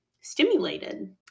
stimulated